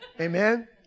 Amen